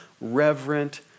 reverent